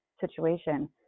situation